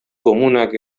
komunak